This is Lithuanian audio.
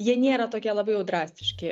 jie nėra tokie labai jau drastiški